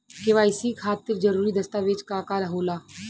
KYC खातिर जरूरी दस्तावेज का का होला?